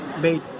made